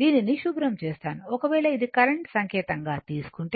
దీనిని శుభ్రం చేస్తాను ఒకవేళ ఇది కరెంట్ సంకేతం గా తీసుకొంటే